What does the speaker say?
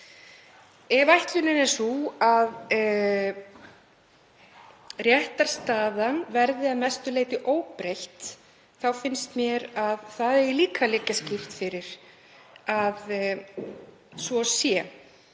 Ef ætlunin er sú að réttarstaðan verði að mestu leyti óbreytt þá finnst mér að það eigi líka að liggja skýrt fyrir, að umræða